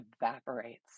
evaporates